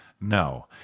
No